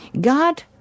God